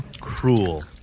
cruel